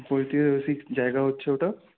ঐতিহাসিক জায়গা হচ্ছে ওটা